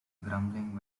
grumbling